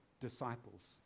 disciples